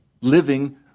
living